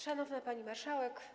Szanowna Pani Marszałek!